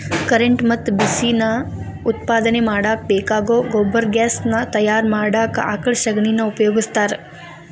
current ಮತ್ತ ಬಿಸಿ ನಾ ಉತ್ಪಾದನೆ ಮಾಡಾಕ ಬೇಕಾಗೋ ಗೊಬರ್ಗ್ಯಾಸ್ ನಾ ತಯಾರ ಮಾಡಾಕ ಆಕಳ ಶಗಣಿನಾ ಉಪಯೋಗಸ್ತಾರ